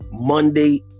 monday